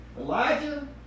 Elijah